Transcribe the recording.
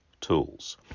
tools